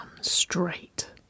straight